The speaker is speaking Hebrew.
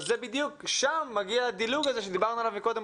אז שם מגיע הדילוג הזה שדיברנו עליו מקודם,